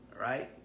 right